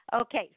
Okay